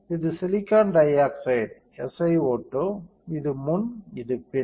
இது silicon dioxide Si O 2 இது முன் இது பின்